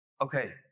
okay